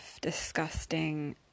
disgusting